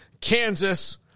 Kansas